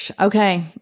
Okay